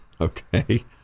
Okay